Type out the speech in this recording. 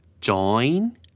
Join